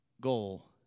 goal